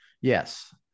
yes